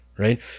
Right